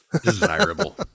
Desirable